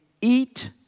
eat